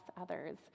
others